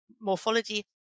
morphology